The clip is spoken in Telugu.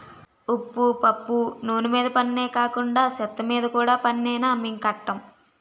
ఉప్పు పప్పు నూన మీద పన్నే కాకండా సెత్తమీద కూడా పన్నేనా మేం కట్టం